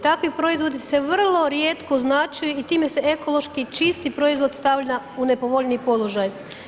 Takvi proizvodi se vrlo rijetko označuje i time se ekološki čisti proizvod stavlja u nepovoljniji položaj.